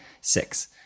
six